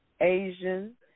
Asian